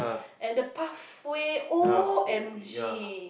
at the pathway O_M_G